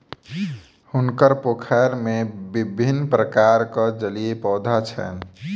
हुनकर पोखैर में विभिन्न प्रकारक जलीय पौधा छैन